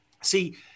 See